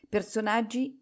Personaggi